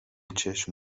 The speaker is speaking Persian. چشم